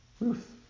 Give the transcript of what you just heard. Ruth